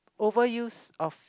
overuse of